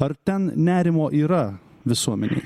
ar ten nerimo yra visuomenėj